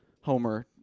Homer